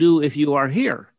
do if you are here